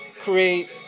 create